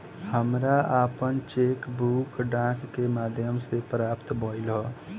हमरा आपन cheque book डाक के माध्यम से प्राप्त भइल ह